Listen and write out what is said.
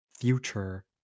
future